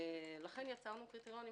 לכן יצרנו קריטריונים,